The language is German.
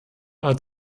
hat